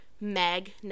Meg